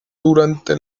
durante